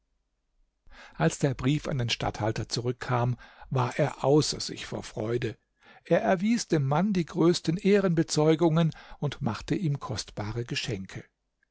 als der brief an den statthalter zurückkam war er außer sich vor freude er erwies dem mann die größten ehrenbezeugungen und machte ihm kostbare geschenke